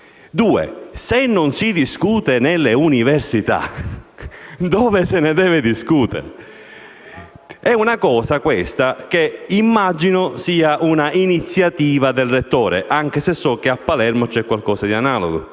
luogo, se non se ne discute nelle università dove se ne deve discutere? Immagino che questa sia una iniziativa del rettore, anche se so che a Palermo c'è qualcosa di analogo.